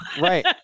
Right